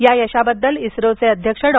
या यशाबद्दल इस्त्रोचे अध्यक्ष डॉ